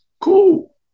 cool